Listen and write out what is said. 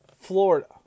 Florida